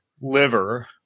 liver